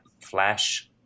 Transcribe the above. flash